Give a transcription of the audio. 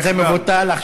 זה מבוטל.